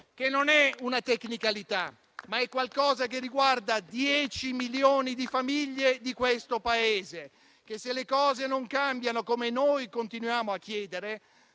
che non è una tecnicalità, ma riguarda 10 milioni di famiglie di questo Paese che, se le cose non cambiano, come continuiamo a chiedere,